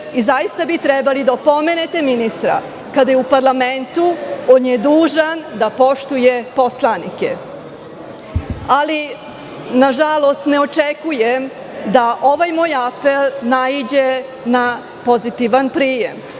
Zaista bi trebali da opomenete ministra, kada je u parlamentu, on je dužan da poštuje poslanike. Nažalost, ne očekujem da ovaj moj apel naiđe na pozitivan prijem.